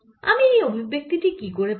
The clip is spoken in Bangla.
আমি এই অভিব্যক্তি কি করে পেলাম